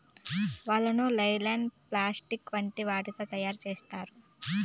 వలను nylon, polyester వంటి వాటితో తయారు చేత్తారు